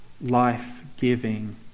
life-giving